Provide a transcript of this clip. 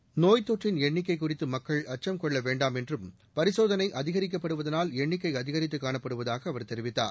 seconds நோய் தொற்றின் எண்ணிக்கை குறித்து மக்கள் அச்சம் கொள்ள வேண்டாம் என்றும் பரிசோதனை அதிகரிக்கப்படுவதனால் எண்ணிக்கை அதிகரித்து காணப்படுவதாக அவர் தெரிவித்தார்